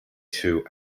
two